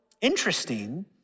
interesting